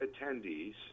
attendees